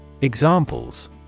Examples